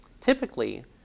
Typically